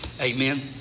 Amen